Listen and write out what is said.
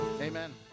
Amen